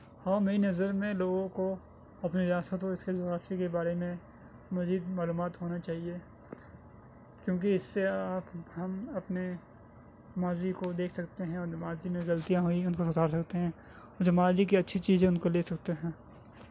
ہاں میری نظر میں لوگوں کو اپنی ریاست اور اس کے جغرافیہ کے بارے میں مزید معلومات ہونا چاہئے کیونکہ اس سے آپ ہم اپنے ماضی کو دیکھ سکتے ہیں اور ماضی میں غلطیاں ہوئیں ان کو سدھار سکتے ہیں جو ماضی کے اچھی چیزیں ہیں ان کو لے سکتے ہیں